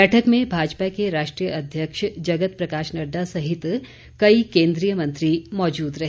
बैठक में भाजपा के राष्ट्रीय अध्यक्ष जगत प्रकाश नड़डा सहित कई केन्द्रीय मंत्री मौजूद रहे